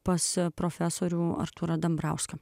pas profesorių artūrą dambrauską